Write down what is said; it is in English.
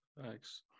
Thanks